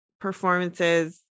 performances